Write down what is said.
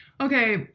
Okay